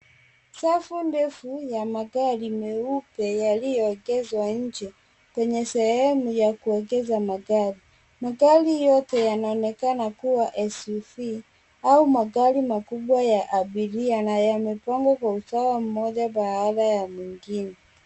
Safu ndefu, ya magari meupe yalio egezwa nje kwenye sehemu ya kuegeza magari. Magari yote yanaonekana kuwa SUV au magari makubwa ya abiria na yamepangwa kwa usawa mmoja baada ya mwingine.